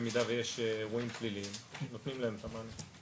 במידה ויש אירועים פליליים נותנים להם את המענה.